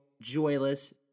joyless